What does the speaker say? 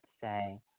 say